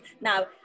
now